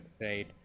right